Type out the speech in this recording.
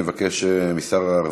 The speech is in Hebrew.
אני מבקש משר העבודה,